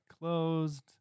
closed